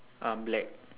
uh black